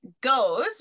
goes